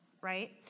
right